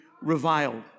reviled